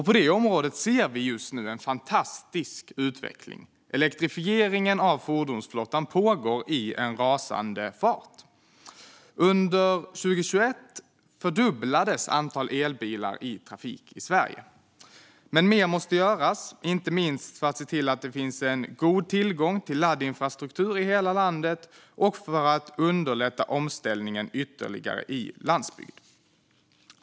På det området ser vi just nu en fantastisk utveckling. Elektrifieringen av fordonsflottan pågår i en rasande fart. Under 2021 fördubblades antalet elbilar i trafik i Sverige. Men mer måste göras, inte minst för att se till att det finns god tillgång till laddinfrastruktur i hela landet och för att underlätta omställningen ytterligare på landsbygden.